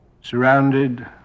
surrounded